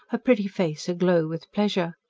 her pretty face a-glow with pleasure.